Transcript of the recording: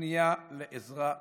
הפנייה לעזרה ודיווח.